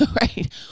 Right